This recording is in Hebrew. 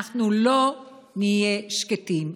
אנחנו לא נהיה שקטים.